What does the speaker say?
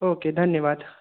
okay धन्यवाद